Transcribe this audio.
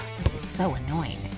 this is so annoying!